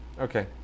Okay